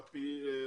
א',